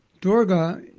Durga